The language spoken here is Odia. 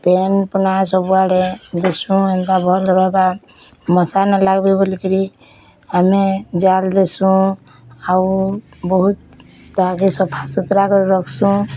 ପାଏନ୍ ପୁନା ସବୁଆଡ଼େ ବିଛୁସୁଁ ଏନ୍ତା ଭଲ୍ ରହିବା ମଶା ନ ଲାଗ୍ବେ ବୋଲିକରି ଆମେ ଜାଲ୍ ଦେସୁଁ ଆଉ ବହୁତ୍ ତାହାକେ ସଫାସୁତରା କରି ରଖ୍ସୁଁ